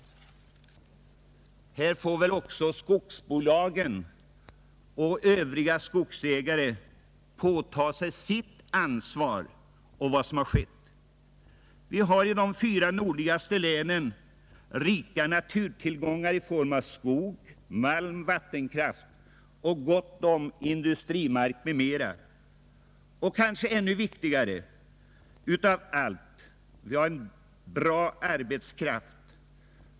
Skogsbolagen och övriga skogsägare får väl påta sig sitt ansvar för vad som har skett. Vi har ju i de fyra nordligaste länen rika naturtillgångar i form av skog, malm och vattenkraft, och vi har gott om industrimark m.m. Något som är kanske ännu viktigare är att vi har en bra arbetskraft.